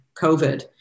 COVID